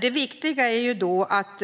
Det viktiga är då att